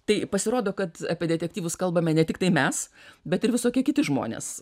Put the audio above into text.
tai pasirodo kad apie detektyvus kalbame ne tiktai mes bet ir visokie kiti žmonės